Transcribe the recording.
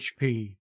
HP